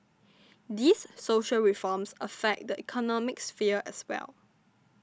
these social reforms affect the economic sphere as well